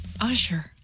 Usher